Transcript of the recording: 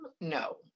no